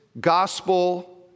gospel